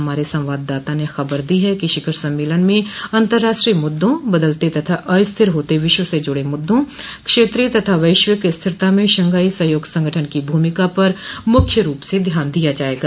हमारे संवाददाता ने खबर दी है कि शिखर सम्मेलन में अन्तूर्राष्ट्रीय मुद्दों बदलते तथा अस्थिर होते विश्व से जुड़े मुद्दों क्षेत्रीय तथा वैश्विक स्थिरता में शंघाई सहयोग संगठन की भूमिका पर मुख्य रूप से ध्यान दिया जायेगा